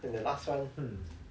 and the last one hmm